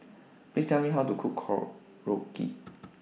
Please Tell Me How to Cook Korokke